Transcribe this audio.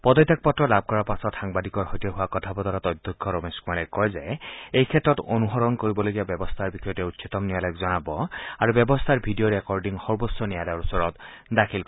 পদত্যাগ পত্ৰ লাভ কৰাৰ পাছত সাংবাদিকৰ সৈতে হোৱা কথাবতৰাত অধ্যক্ষ ৰমেশ কুমাৰে কয় যে এইক্ষেত্ৰত অনুসৰণ কৰিবলগীয়া ব্যৱস্থাৰ বিষয়ে তেওঁ উচ্চতম ন্যায়ালয়ত জনাব আৰু ব্যৱস্থাৰ ভিডিঅ' ৰেকৰ্ডিং সৰ্বোচ্চ ন্যায়ালয়ৰ ওছৰত দাখিল কৰিব